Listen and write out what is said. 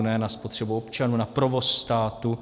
Ne na spotřebu občanů na provoz státu.